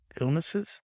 illnesses